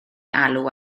alw